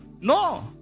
No